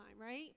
right